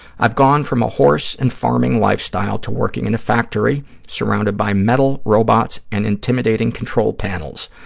i've gone from a horse and farming lifestyle to working in a factory, surrounded by metal, robots and intimidating control panels.